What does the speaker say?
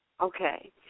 Okay